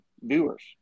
viewers